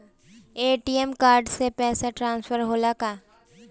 ATM card से पैसा transfer होला का?